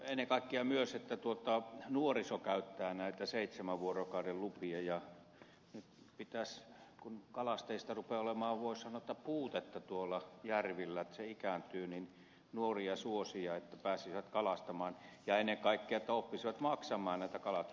ennen kaikkea myös kun nuoriso käyttää näitä seitsemän vuorokauden lupia ja kun kalastajista rupeaa olemaan voisi sanoa puutetta tuolla järvillä se porukka ikääntyy niin pitäisi nuoria suosia että pääsisivät kalastamaan ja ennen kaikkea oppisivat maksamaan näitä kalastusmaksuja